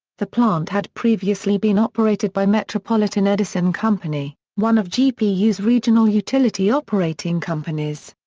the plant had previously been operated by metropolitan edison company, one of gpu's regional utility operating companies.